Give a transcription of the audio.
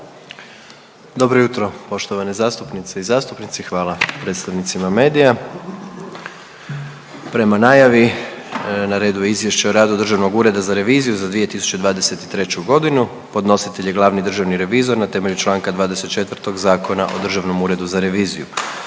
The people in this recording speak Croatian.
Dobro jutro poštovane zastupnice i zastupnici. Hvala predstavnicima medija. Prema najavi na redu je - Izvješće o radu Državnog ureda za reviziju za 2023. godinu. Podnositelj je glavni državni revizor na temelju čl. 24. Zakona o državnom uredu za reviziju.